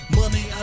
money